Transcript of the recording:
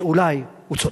שאולי הוא צודק.